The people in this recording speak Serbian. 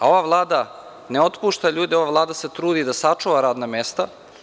A ova vlada ne otpušta ljude, ova vlada se trudi da sačuva radna mesta.